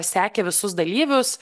sekė visus dalyvius